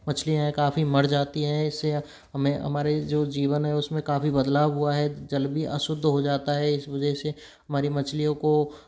मछलियाँ हैं काफ़ी मर जाती हैं इससे हमें हमारे जो जीवन है उसमें काफ़ी बदलाव हुआ है जल भी अशुद्ध हो जाता है इस वजह से हमारी मछलियों को